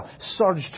surged